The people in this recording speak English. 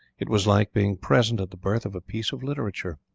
it was like being present at the birth of a piece of literature!